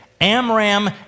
Amram